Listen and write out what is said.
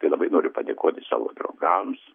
tai labai noriu padėkoti savo draugams